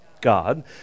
God